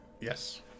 Yes